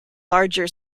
larger